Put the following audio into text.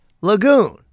lagoon